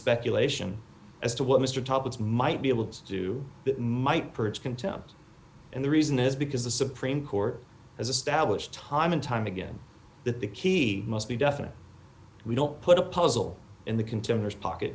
speculation as to what mr topics might be able to do that might purge contempt and the reason is because the supreme court as established time and time again that the key must be definite we don't put a puzzle in the contenders pocket